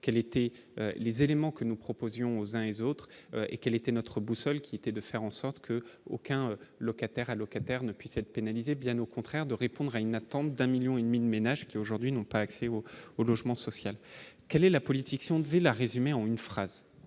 quels étaient les éléments que nous proposions aux uns et aux autres et quel était notre boussole qui était de faire en sorte que aucun locataire allocataires ne puisse être pénalisé, bien au contraire, de répondre à une attente d'un 1000000 et demi de ménages qui aujourd'hui n'ont pas accès au au logement social, quelle est la politique si on devait la résumée en une phrase,